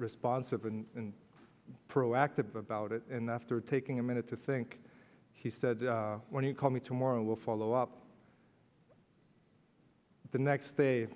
responsive and proactive about it and after taking a minute to think he said when you call me tomorrow we'll follow up the next day